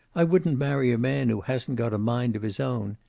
i wouldn't marry a man who hasn't got a mind of his own.